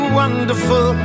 wonderful